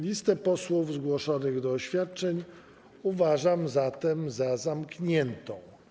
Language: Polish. Listę posłów zgłoszonych do oświadczeń uważam zatem za zamkniętą.